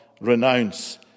renounce